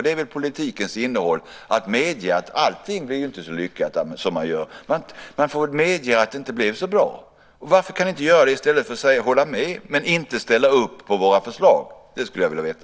Det är väl politikens innehåll att medge att allting som man gör inte blir så lyckat. Man får väl medge att det inte blev så bra. Varför kan ni inte göra det i stället för att hålla med om, men inte ställa upp på, våra förslag? Det skulle jag vilja veta.